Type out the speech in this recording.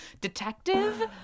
detective